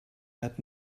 had